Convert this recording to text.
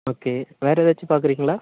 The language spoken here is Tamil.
ஓகே வேற ஏதாச்சும் பார்க்குறீங்களா